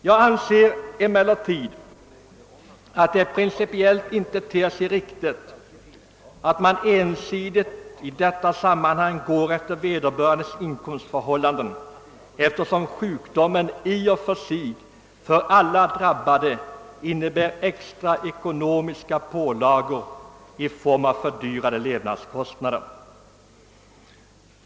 Jag anser emellertid att det principiellt inte ter sig riktigt att ensidigt i detta sammanhang gå efter vederbörandes inkomstförhållanden, eftersom sjukdomen i och för sig för alla drabbade innebär extra ekonomiska pålagor i form av fördyrade levnadskostnader.